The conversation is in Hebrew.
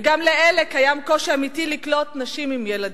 וגם להם יש קושי אמיתי לקלוט נשים עם ילדים.